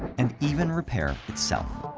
and even repair itself.